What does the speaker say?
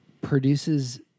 produces